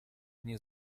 nie